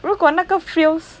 如果那个 feels